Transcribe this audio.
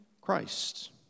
Christ